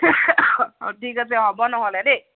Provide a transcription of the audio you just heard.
ঠিক আছে হ'ব নহ'লে দেই